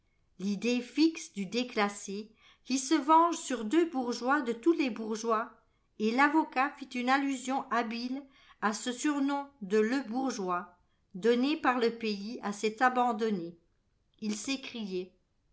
l'idée fixe du déclassé qui se venge sur deux bourgeois de tous les bourgeois et l'avocat fit une allusion habile à ce surnom de le bourgeois donné par le pays à cet abandonné il